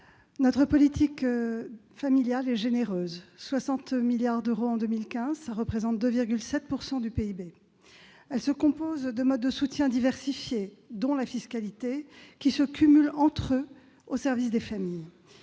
Notre politique familiale est généreuse : 60 milliards d'euros en 2015. Cela représente 2,7 % du PIB. Elle se compose de modes de soutien diversifiés, dont la fiscalité, qui se cumulent entre eux au service des familles.